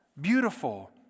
beautiful